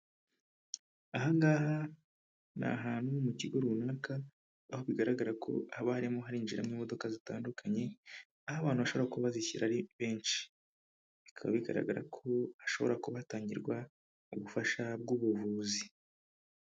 Aha ngaha ni ahantu mu kigo runaka, aho bigaragara ko haba harimu harinjiramo imodoka zitandukanye, aho abantu bashobora kuba bazishyira ari benshi. Bikaba bigaragara ko hashobora kuba hatangirwa ubufasha bw'ubuvuzi.